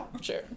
sure